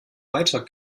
weiter